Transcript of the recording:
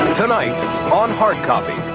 tonight on hard copy,